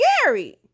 scary